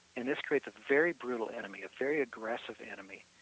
and this creates a very brutal enemy, a very aggressive enemy.